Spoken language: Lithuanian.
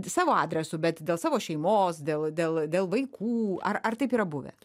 savo adresu bet dėl savo šeimos dėl dėl dėl vaikų ar taip yra buvę